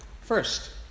first